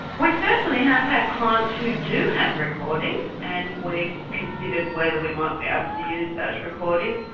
we certainly have had clients who do have recordings, and we've considered whether we might be able to use those recordings,